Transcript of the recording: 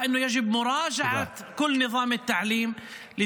אני מקדישה את הנאום הזה לאלון אלטמן, המשנה